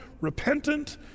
repentant